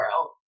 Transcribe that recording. world